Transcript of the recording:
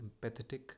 empathetic